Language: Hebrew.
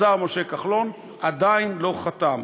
השר משה כחלון עדיין לא חתם.